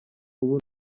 ubu